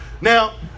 Now